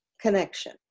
connection